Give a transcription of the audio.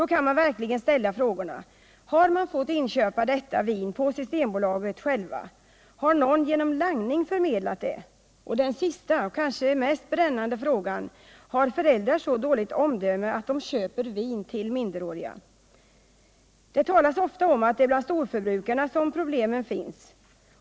Då kan man verkligen ställa frågorna: Har ungdomarna själva fått inköpa detta vin på systembolaget? Har någon genom langning förmedlat det? Och den sista och kanske mest brännande frågan: Har föräldrar så dåligt omdöme att de köper vin till minderåriga? Det talas ofta om att det är bland storförbrukarna som problemen finns.